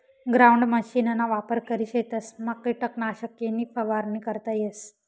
ground मशीनना वापर करी शेतसमा किटकनाशके नी फवारणी करता येस